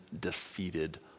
defeated